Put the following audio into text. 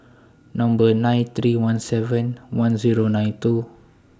Number nine three one seven one Zero nine two